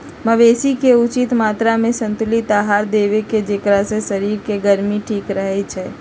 मवेशी के उचित मत्रामें संतुलित आहार देबेकेँ जेकरा से शरीर के गर्मी ठीक रहै छइ